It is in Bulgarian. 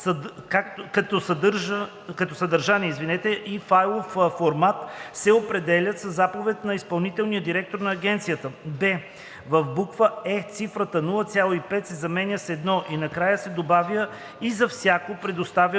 като съдържание и файлов формат се определя със заповед на изпълнителния директор на агенцията; б) в буква „е“ числото „0,5“ се заменя с „1“ и накрая се добавя „и за всяко предоставяне